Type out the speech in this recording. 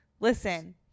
Listen